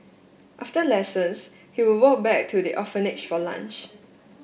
after lessons he would walk back to the orphanage for lunch